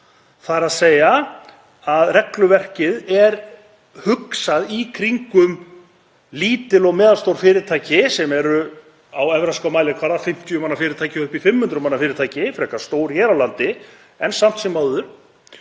smátt fyrst. Regluverkið er hugsað í kringum lítil og meðalstór fyrirtæki sem eru á evrópskan mælikvarða 50 manna fyrirtæki og upp í 500 manna fyrirtæki, frekar stór hér á landi en samt sem áður